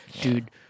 dude